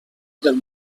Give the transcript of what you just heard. del